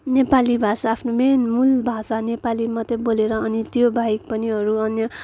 नेपाली भाषा आफ्नो मेन मूल भाषा नेपाली मात्रै बोलेर अनि त्यो बाहेक पनि अरू अन्य